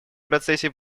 процессе